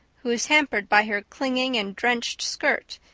who was hampered by her clinging and drenched skirt,